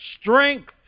strength